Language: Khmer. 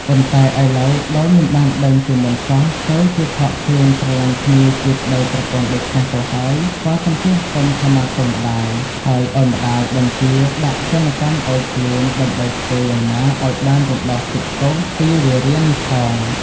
ប៉ុន្តែឥឡូវដោយមិនបានដឹងជាមុនសោះ ទៅជាខកខ្លួនស្រឡាញ់គ្នាជាប្តីប្រពន្ធដូច្នេះទៅហើយ ក៏សំពះសុំខមាទោសម្តាយ ហើយឱ្យម្ដាយបញ្ជាដាក់ទណ្ឌកម្មឱ្យខ្លួន ដើម្បីធ្វើយ៉ាងណាឱ្យបានរំដោះទុក្ខទោសពៀរវេរានេះផង។